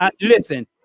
Listen